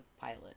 pilot